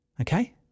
okay